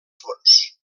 fons